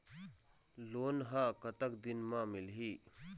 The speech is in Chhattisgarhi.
लोन ह कतक दिन मा मिलही?